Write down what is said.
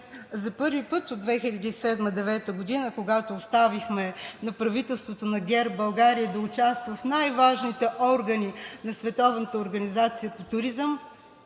за първи път от 2007 – 2009 г., когато оставихме на правителството на ГЕРБ България да участва в най-важните органи на Световната